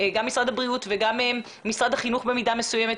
גם משרד הבריאות וגם משרד החינוך במידה מסוימת,